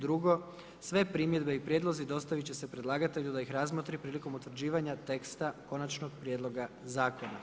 Drugo, sve primjedbe i prijedlozi dostaviti će se predlagatelju da ih razmotri prilikom utvrđivanja teksta Konačnog prijedloga Zakona.